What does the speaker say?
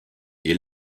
est